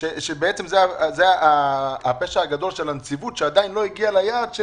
שזה הפשע הגדול של הנציבות שעדיין לא הגיעה ליעד.